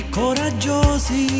coraggiosi